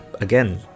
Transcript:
again